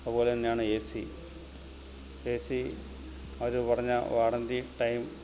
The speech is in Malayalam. അതുപോലെ തന്നെയാണ് എ സി എ സി അവർ പറഞ്ഞ വാറൻഡി ടൈം